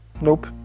Nope